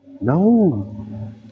No